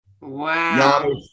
Wow